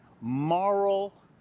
moral